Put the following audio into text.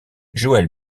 joëlle